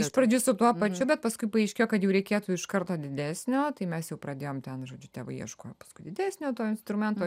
iš pradžių su tuo pačiu bet paskui paaiškėjo kad jau reikėtų iš karto didesnio tai mes jau pradėjom ten žodžiu tėvai ieškojo paskui didesnio to instrumento